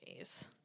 Jeez